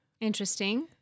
Interesting